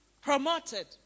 promoted